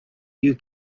you